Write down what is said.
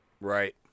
Right